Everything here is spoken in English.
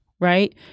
right